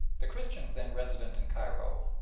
the christians then resident in cairo,